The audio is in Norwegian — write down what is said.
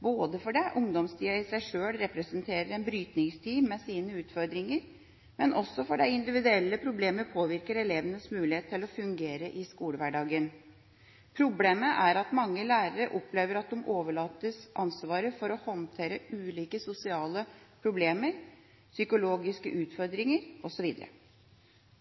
både fordi ungdomstida i seg sjøl representerer en brytningstid med sine utfordringer, og fordi de individuelle problemene påvirker elevenes mulighet til å fungere i skolehverdagen. Problemet er at mange lærere opplever at de overlates ansvaret for å håndtere ulike sosiale problemer, psykologiske utfordringer osv.